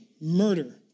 murder